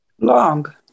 Long